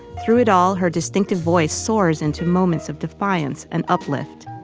through it all, her distinctive voice soars into moments of defiance and uplift.